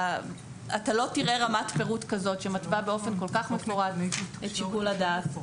אתה לא תראה רמת פירוט כזאת שמתווה באופן כל כך מפורט את שיקול הדעת.